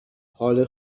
حال